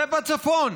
זה בצפון.